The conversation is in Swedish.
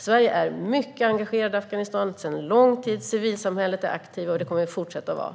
Sverige är sedan lång tid mycket engagerat i Afghanistan, och civilsamhället är aktivt. Och det kommer vi att fortsätta att vara.